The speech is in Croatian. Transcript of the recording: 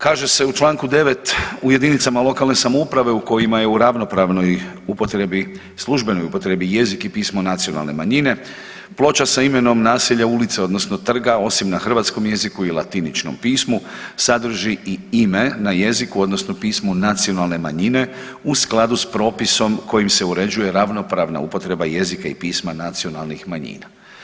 Kaže se u čl. 9, u jedinicama lokalne samouprave u kojima je u ravnopravnoj upotrebi, službenoj upotrebi jezik i pismo nacionalne manjine, ploča sa imenom naselja, ulice odnosno trga, osim na hrvatskom jeziku i latiničnom pismu, sadrži i ime na jeziku odnosno pismu nacionalne manjine u skladu s propisom koji se uređuje ravnopravna upotreba jezika ili pisma nacionalnih manjina.